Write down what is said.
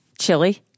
Chili